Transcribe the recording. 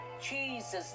Jesus